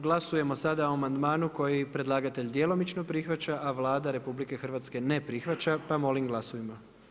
Glasujemo sada o amandmanu koji predlagatelj djelomično prihvaća, a Vlada RH ne prihvaća, pa molim glasujmo.